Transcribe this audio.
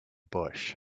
bush